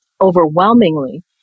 overwhelmingly